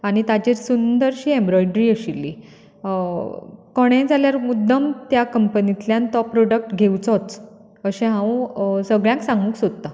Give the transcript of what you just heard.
आनी ताचेर सुंदरशी एम्ब्रॉयड्री आशिल्ली कोणें जाल्यार मुद्दम त्या कंपनींतल्यान तो प्रोडक्ट घेवचोच अशें हांव सगळ्यांक सांगूंक सोदतां